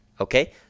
Okay